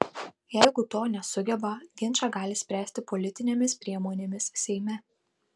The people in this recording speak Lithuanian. jeigu to nesugeba ginčą gali spręsti politinėmis priemonėmis seime